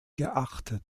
geachtet